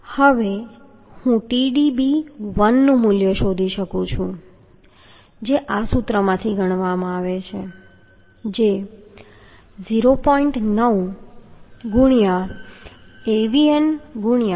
હવે હું Tdb1 મૂલ્ય શોધી શકું છું જે આ સૂત્રમાંથી ગણવામાં આવે છે જે 0